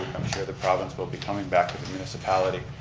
sure the province will be coming back with the municipality,